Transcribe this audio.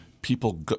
people